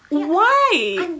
why